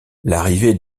l’arrivée